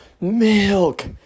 Milk